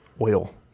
oil